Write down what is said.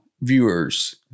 viewers